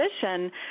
position